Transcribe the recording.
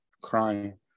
crying